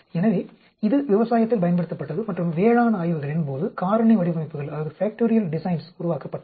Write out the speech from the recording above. எனவே இது விவசாயத்தில் பயன்படுத்தப்பட்டது மற்றும் வேளாண் ஆய்வுகளின் போது காரணி வடிவமைப்புகள் உருவாக்கப்பட்டன